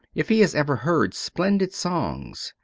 if he has ever heard splendid songs,